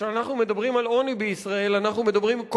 וכשאנחנו מדברים על עוני בישראל אנחנו מדברים,